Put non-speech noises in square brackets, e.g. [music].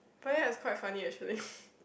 but ya it's quite funny actually [breath]